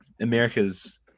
america's